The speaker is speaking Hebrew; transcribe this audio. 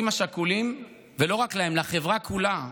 לתת להורים השכולים, ולא רק להם, לחברה לכולה,